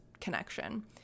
connection